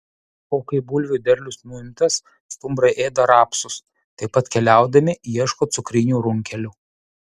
o kai bulvių derlius nuimtas stumbrai ėda rapsus taip pat keliaudami ieško cukrinių runkelių